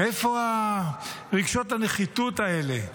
מאיפה רגשות הנחיתות האלה?